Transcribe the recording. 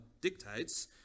dictates